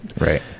right